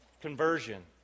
conversion